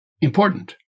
important